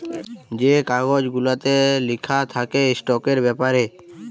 যে কাগজ গুলাতে লিখা থ্যাকে ইস্টকের ব্যাপারে